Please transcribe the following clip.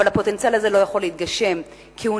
אבל הפוטנציאל הזה לא יכול להתגשם, כי הוא